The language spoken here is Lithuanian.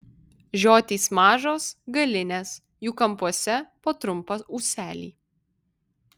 žiotys mažos galinės jų kampuose po trumpą ūselį